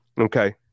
Okay